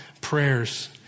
prayers